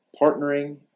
partnering